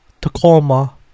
Tacoma